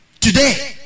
Today